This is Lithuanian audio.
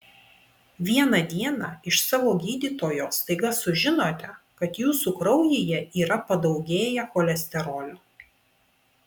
vieną dieną iš savo gydytojo staiga sužinote kad jūsų kraujyje yra padaugėję cholesterolio